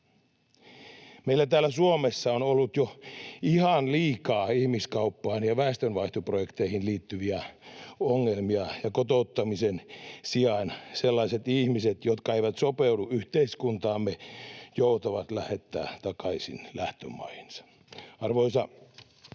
Meillä täällä Suomessa on ollut jo ihan liikaa ihmiskauppaan ja väestönvaihtoprojekteihin liittyviä ongelmia, ja kotouttamisen sijaan sellaiset ihmiset, jotka eivät sopeudu yhteiskuntaamme, joutaa lähettää takaisin lähtömaihinsa. Arvoisa puhemies!